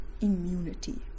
immunity